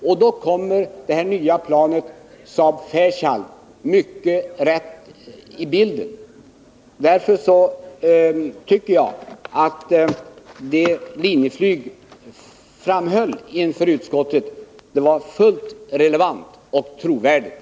Och då kommer det nya planet Saab-Fairchild in i bilden. Därför tycker jag att det Linjeflyg framhöll inför utskottet var fullt relevant och trovärdigt.